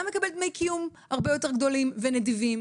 מקבל דמי קיום הרבה יותר גדולים ונדיבים,